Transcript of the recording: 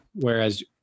Whereas